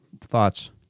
thoughts